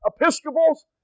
Episcopals